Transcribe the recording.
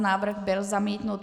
Návrh byl zamítnut.